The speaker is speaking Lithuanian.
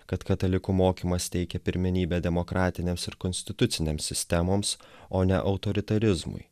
kad katalikų mokymas teikia pirmenybę demokratiniams ir konstituciniams sistemoms o ne autoritarizmui